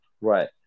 Right